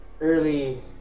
Early